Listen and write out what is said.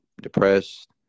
depressed